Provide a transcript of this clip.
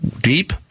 deep